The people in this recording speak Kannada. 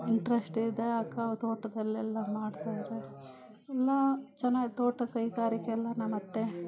ಇಂಟ್ರೆಶ್ಟಿದೆ ಆ ಕ ತೋಟದಲ್ಲೆಲ್ಲ ಮಾಡ್ತಾರೆ ಎಲ್ಲ ಚೆನ್ನಾಗಿ ತೋಟ ಕೈಗಾರಿಕೆ ಎಲ್ಲ ನಮ್ಮತ್ತೆ